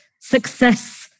success